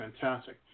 fantastic